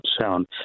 sound